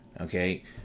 Okay